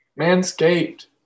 Manscaped